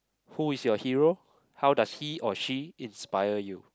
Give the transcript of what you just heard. who is your hero how does he or she inspire you